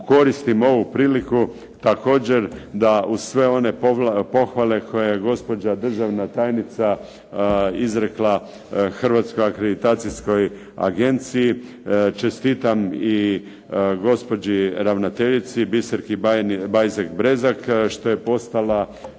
koristim ovu priliku također da uz sve one pohvale koje je gospođa državna tajnica izrekla Hrvatskoj akreditacijskoj agenciji, čestitam i gospođi ravnateljici Biserki Bajzek Brezak što je postala